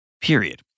Period